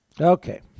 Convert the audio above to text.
Okay